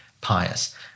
pious